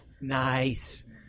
Nice